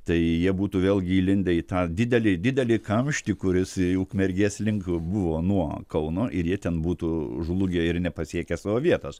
tai jie būtų vėlgi įlindę į tą didelį didelį kamštį kuris į ukmergės link buvo nuo kauno ir jie ten būtų žlugę ir nepasiekę savo vietos